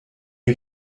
die